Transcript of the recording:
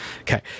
Okay